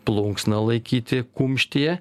plunksną laikyti kumštyje